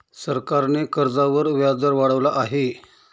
सरकारने कर्जावर व्याजदर वाढवला आहे